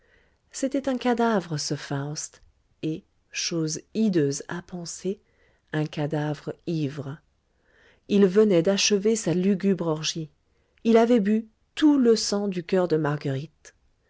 c'était un cadavre ce faust et chose hideuse à penser un cadavre ivre il venait d'achever sa lugubre orgie il avait bu tout le sang du coeur de marguerite